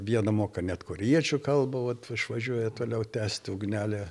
viena moka net korėjiečių kalba vat išvažiuoja toliau tęsti ugnelė